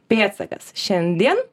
pėdsakas šiandien